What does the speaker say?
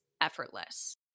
effortless